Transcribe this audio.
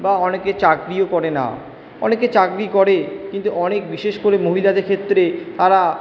বা অনেকে চাকরিও করে না অনেকে চাকরি করে কিন্তু অনেক বিশেষ করে মহিলাদের ক্ষেত্রে তারা